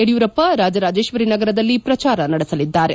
ಯಡಿಯೂರಪ್ಪ ರಾಜರಾಜೇಶ್ವರಿ ನಗರದಲ್ಲಿ ಪ್ರಚಾರ ನಡೆಸಲಿದ್ದಾರೆ